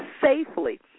safely